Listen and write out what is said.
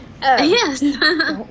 yes